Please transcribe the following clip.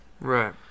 Right